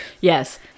Yes